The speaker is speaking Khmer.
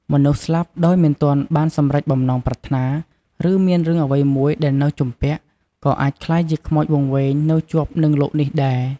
មនុស្សស្លាប់ដោយមិនទាន់បានសម្រេចបំណងប្រាថ្នា ឬមានរឿងអ្វីមួយដែលនៅជំពាក់ ក៏អាចក្លាយជាខ្មោចវង្វេងនៅជាប់នឹងលោកនេះដែរ។